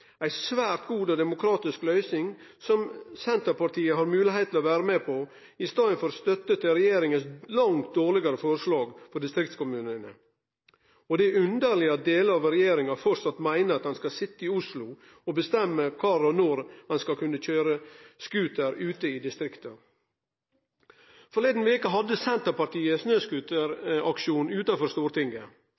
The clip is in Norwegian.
ei svært god og demokratisk løysing som Senterpartiet har moglegheit til å vere med på i staden for å gi støtte til regjeringa sitt langt dårlegare forslag for distriktskommunane. Det er underleg at delar av regjeringa framleis meiner at ein skal sitte i Oslo og bestemme kvar og når ein skal kunne køyre scooter ute i distrikta. Førre veke hadde Senterpartiet ein snøscooteraksjon utanfor Stortinget.